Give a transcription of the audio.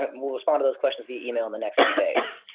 but and we'll respond to those questions via email in the next few days.